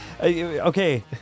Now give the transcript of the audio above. Okay